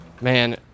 Man